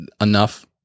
enough